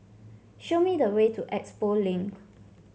show me the way to Expo Link